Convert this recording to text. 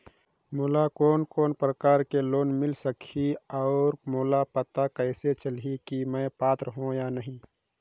मोला कोन कोन प्रकार के लोन मिल सकही और मोला पता कइसे चलही की मैं पात्र हों या नहीं?